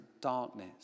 darkness